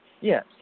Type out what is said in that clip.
Yes